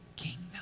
kingdom